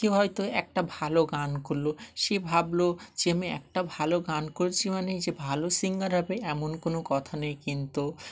কেউ হয়তো একটা ভালো গান করলো সে ভাবল যে আমি একটা ভালো গান করছি মানে যে ভালো সিঙ্গার হবে এমন কোনো কথা নেই কিন্তু